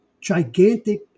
gigantic